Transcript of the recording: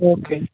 okay